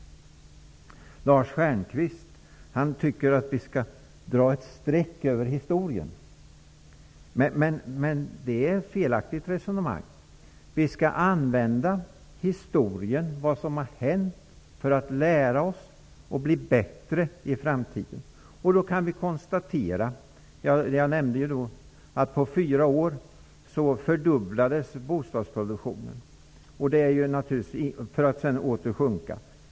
Lars Stjernkvist tycker att vi skall dra ett streck över historien, men det är ett felaktigt resonemang. Vi skall använda oss av historien och av vad som har hänt för att lära oss och bli bättre i framtiden. Då kan vi konstatera att bostadsproduktionen fördubblades på fyra år, för att sedan åter sjunka.